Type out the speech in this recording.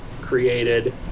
created